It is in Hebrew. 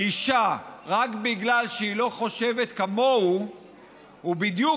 אישה רק בגלל שהיא לא חושבת כמוהו הוא בדיוק